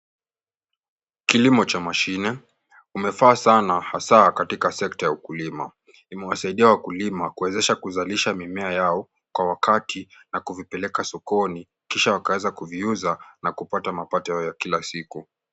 Kilimo cha mashine, umefaa sana hasaa katika sekta ya ukulima, imewasaidia wakulima kuwezesha kuzalisha mimea yao kwa wakati na kuvipeleka sokoni kisha wakaweza kuviuza, na kupata mapato ya kila siku.